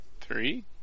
three